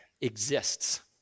exists